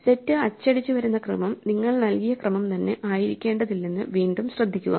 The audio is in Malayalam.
സെറ്റ് അച്ചടിച്ച് വരുന്ന ക്രമം നിങ്ങൾ നൽകിയ ക്രമം തന്നെ ആയിരിക്കേണ്ടതില്ലെന്ന് വീണ്ടും ശ്രദ്ധിക്കുക